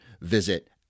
visit